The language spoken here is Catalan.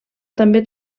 també